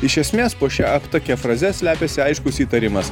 iš esmės po šia aptakia fraze slepiasi aiškus įtarimas